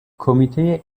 کمیته